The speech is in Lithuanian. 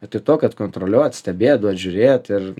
vietoj to kad kontroliuot stebėt duot žiūrėt ir